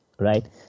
Right